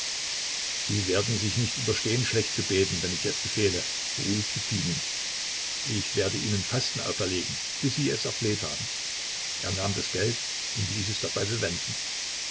die werden sich nicht unterstehen schlecht zu beten wenn ich es befehle beruhigt pimen ich werde ihnen fasten auferlegen bis sie es erfleht haben er nahm das geld und ließ es dabei bewenden